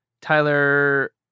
Tyler